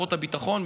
כוחות הביטחון,